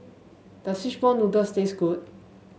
does Fishball Noodles taste good